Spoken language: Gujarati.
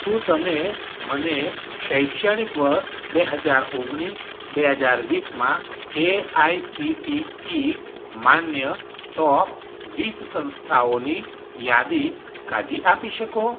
શું તમે મને શૈક્ષણિક વર્ષ બે હજાર ઓગણીસ બે હજાર વીસમાં A I C T E માન્ય ટૉપ વીસ સંસ્થાઓની યાદી કાઢી આપી શકો